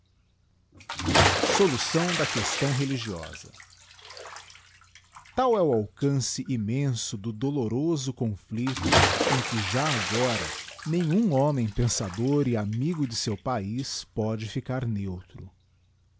solução da questão religiosa tal é o alcance iramenso do doloroso coníucto em que já agora nenhum homem pensador e amigo de seu paiz pôde ficar neutro